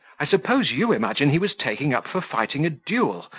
i suppose you imagine he was taken up for fighting a duel,